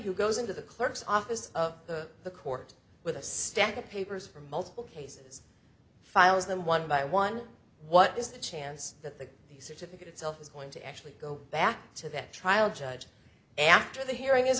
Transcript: who goes into the clerk's office of the court with a stack of papers from multiple cases files them one by one what is the chance that the certificate itself is going to actually go back to that trial judge after the hearing is